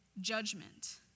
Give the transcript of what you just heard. judgment